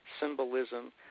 symbolism